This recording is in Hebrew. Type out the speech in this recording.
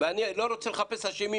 ואני לא מחפש כאן אשמים,